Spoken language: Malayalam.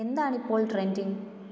എന്താണിപ്പോൾ ട്രെൻഡിംഗ്